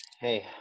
Hey